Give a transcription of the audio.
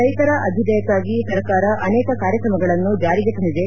ರೈತರ ಅಭ್ಯುದಯಕ್ಕಾಗಿ ಸರ್ಕಾರ ಅನೇಕ ಕಾರ್ಯಕ್ರಮಗಳನ್ನು ಜಾರಿಗೆ ತಂದಿದೆ